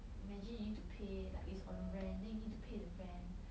imagine you need to pay like it's on rent then you need to pay the rent